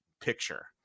picture